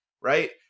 right